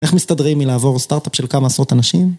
איך מסתדרים מלעבור סטארט-אפ של כמה עשרות אנשים?